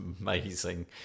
amazing